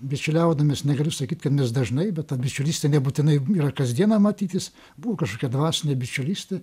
bičiuliaudamies negaliu sakyt kad mes dažnai bet ta bičiulystė nebūtinai yra kasdieną matytis buvo kažkokia dvasinė bičiulystė